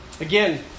again